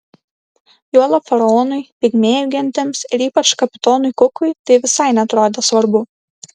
juolab faraonui pigmėjų gentims ir ypač kapitonui kukui tai visai neatrodė svarbu